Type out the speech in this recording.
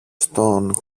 στον